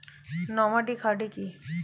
Nomadic hardy কি?